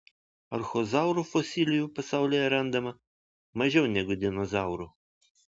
archozaurų fosilijų pasaulyje randama mažiau nei dinozaurų